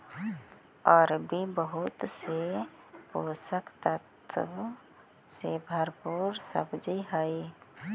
अरबी बहुत से पोषक तत्वों से भरपूर सब्जी हई